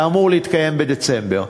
שאמור להתקיים בדצמבר.